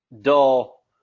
dull